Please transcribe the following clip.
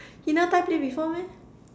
he never tie plait before meh